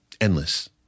endless